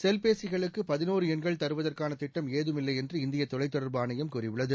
செல்பேசிகளுக்கு பதினோரு எண்கள் தருவதற்கான திட்டம் ஏதுமில்லை என்று இந்திய தொலைத்தொடர்பு ஆணையம் கூறியுள்ளது